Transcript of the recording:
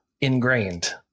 ingrained